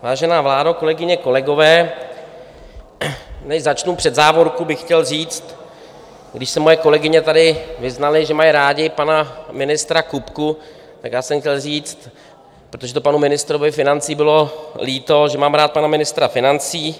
Vážená vládo, kolegyně, kolegové, než začnu, před závorku bych chtěl říct: když se moje kolegyně tady vyznaly, že mají rády pana ministra Kupku, tak já jsem chtěl říct, protože to panu ministrovi financí bylo líto, že mám rád pana ministra financí.